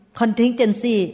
contingency